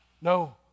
No